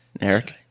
Eric